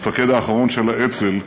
המפקד האחרון של האצ"ל,